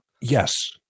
Yes